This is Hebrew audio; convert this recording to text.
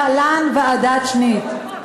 להלן: ועדת שניט.